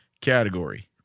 category